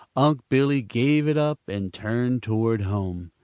unc' billy gave it up and turned toward home.